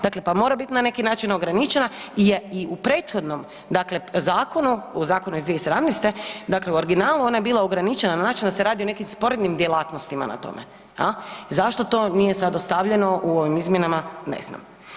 Dakle, pa mora biti na neki način ograničena jer i u prethodnom dakle zakonu, u zakonu iz 2017., dakle u originalu, ona je bila ograničena na način da se radi o nekim sporednim djelatnostima na tome. zašto to nije sad ostavljeno u ovim izmjenama, ne znam.